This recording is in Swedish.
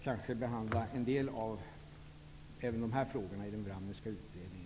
Kanske kommer en del av dem också att behandlas i den